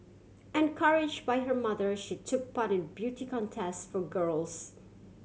encourage by her mother she took part in beauty contest for girls